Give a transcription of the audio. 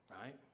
right